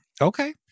Okay